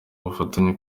ubufatanye